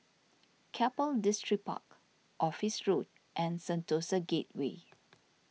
Keppel Distripark Office Road and Sentosa Gateway